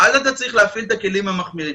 אז אתה צריך להפעיל את הכלים המחמירים.